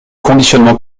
conditionnement